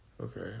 okay